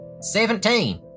Seventeen